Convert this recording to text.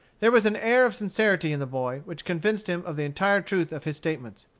there was an air of sincerity in the boy, which convinced him of the entire truth of his statements.